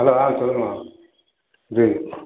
hello ஆ சொல்லுங்கமா